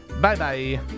Bye-bye